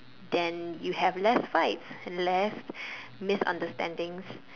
then you have less fights and less misunderstandings